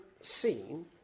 seen